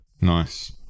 Nice